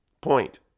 point